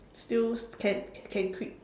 still can can quit